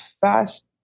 fast